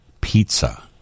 pizza